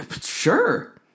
Sure